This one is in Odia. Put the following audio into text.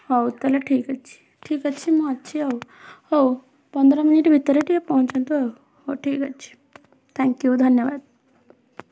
ହଉ ତା'ହେଲେ ଠିକ୍ ଅଛି ଠିକ୍ ଅଛି ମୁଁ ଅଛି ଆଉ ହଉ ପନ୍ଦର ମିନିଟ ଭିତରେ ଟିକେ ପହଞ୍ଚନ୍ତୁ ଆଉ ହଉ ଠିକ୍ ଅଛି ଥ୍ୟାଙ୍କ୍ ୟୁ ଧନ୍ୟବାଦ